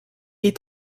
est